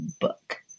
book